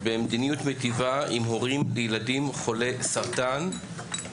במדיניות מיטיבה עם הורים לילדים חולי סרטן.